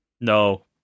no